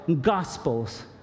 gospels